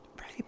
Right